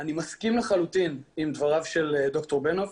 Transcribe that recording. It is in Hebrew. אני מסכים לחלוטין עם דבריו של ד"ר בנוב.